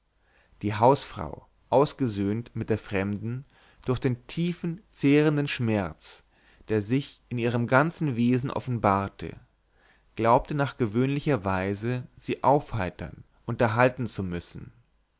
die hausfrau ausgesöhnt mit der fremden durch den tiefen zehrenden schmerz der sich in ihrem ganzen wesen offenbarte glaubte nach gewöhnlicher weise sie aufheitern unterhalten zu müssen